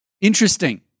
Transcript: Interesting